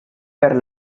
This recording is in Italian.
per